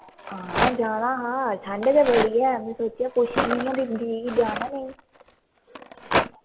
हां जाना हा ठंड गै बड़ी ऐ में सोचेआ पुच्छनी आं दीदी गी जाना नेईं